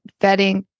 vetting